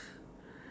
uh